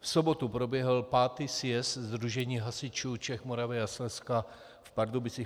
V sobotu proběhl 5. sjezd Sdružení hasičů Čech, Moravy a Slezska v Pardubicích.